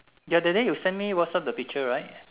ya that day you send me WhatsApp the picture right